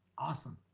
awesome.